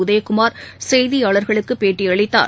Udhayakumar செய்தியாள்களுக்குபேட்டிஅளித்தார்